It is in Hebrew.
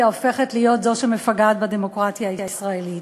הופכת להיות זו שמפגעת בדמוקרטיה הישראלית.